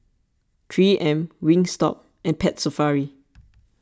three M Wingstop and Pet Safari